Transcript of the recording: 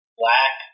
black